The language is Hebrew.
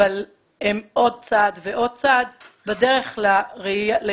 אבל הם עוד צעד ועוד צעד בדרך להסתכלות